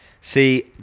See